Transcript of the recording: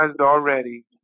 already